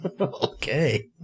Okay